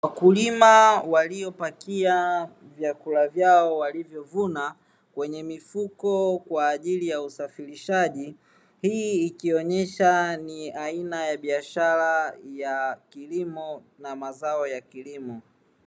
Wakulima waliopakia vyakula vyao walivyovuna kwenye mifuko kwa ajili ya usafirishaji, hii ikionyesha ni aina ya biashara ya kilimo na mazao ya kilimo.